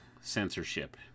censorship